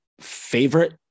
favorite